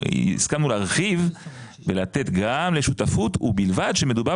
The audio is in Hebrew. הסכמנו להרחיב ולתת גם לשותפות ובלבד שמדובר